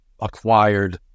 acquired